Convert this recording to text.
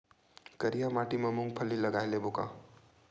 करिया माटी मा मूंग फल्ली लगय लेबों का?